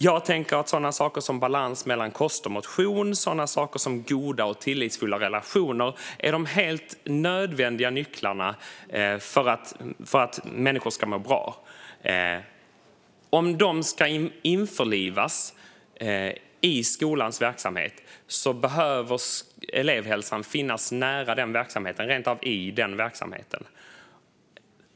Jag tänker att saker som balans mellan kost och motion och saker som goda och tillitsfulla relationer är de helt nödvändiga nycklarna för att människor ska må bra. Om dessa ska införlivas i skolans verksamhet behöver elevhälsan finnas nära den verksamheten - rent av i den verksamheten.